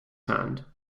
hand